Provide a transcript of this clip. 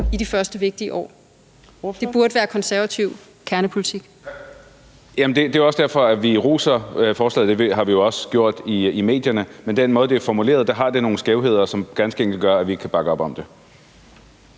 Ordføreren. Kl. 15:44 Marcus Knuth (KF): Jamen det er også derfor, at vi roser forslaget. Det har vi jo også gjort i medierne. Men med den måde, det er formuleret på, har det nogle skævheder, som ganske enkelt gør, at vi ikke kan bakke op om det.